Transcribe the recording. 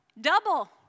double